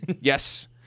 Yes